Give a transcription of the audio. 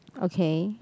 okay